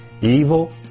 Evil